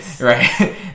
right